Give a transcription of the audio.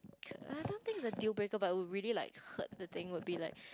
I don't think the deal breaker but would really like hurt the thing would be like